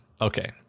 Okay